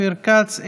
אופיר כץ,